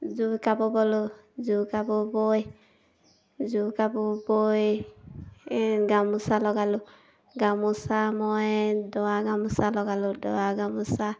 যোৰ কাপোৰ ব'লোঁ যোৰ কাপোৰ বৈ যোৰ কাপোৰ বৈ গামোচা লগালোঁ গামোচা মই দৰা গামোচা লগালোঁ দৰা গামোচা